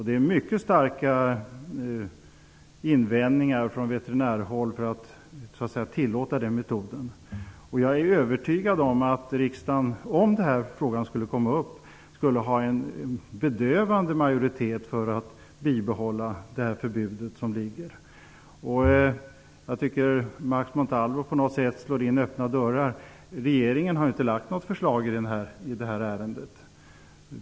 Det har kommit in starka invändningar från veterinärer mot att tillåta den metoden. Jag är övertygad om att det, om frågan skulle komma upp till behandling, skulle finnas en bedövande majoritet i riksdagen för att bibehålla förbudet. Jag tycker att Max Montalvo slår in öppna dörrar. Regeringen har inte lagt fram något förslag i ärendet.